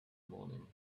morning